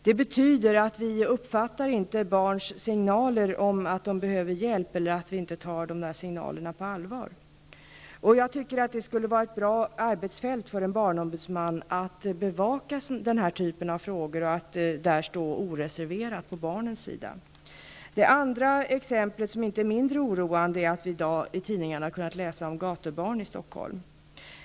Det betyder att vi inte uppfattar barns signaler om att de behöver hjälp eller att vi inte tar signalerna på allvar. Jag tycker att det skulle vara ett bra arbetsfält för en barnombudsman att bevaka den här typen av frågor och att där stå oreserverat på barnens sida. Ett annat exempel på detta, som inte är mindre oroande, är att vi i dag i tidningarna har kunnat läsa om gatubarn i Stockholm.